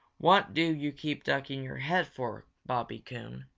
what do you keep ducking your head for, bobby coon?